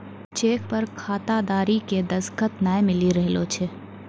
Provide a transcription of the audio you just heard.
cheque पर खाताधारी के दसखत नाय मिली रहलो छै